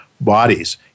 bodies